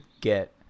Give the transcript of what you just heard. get